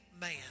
man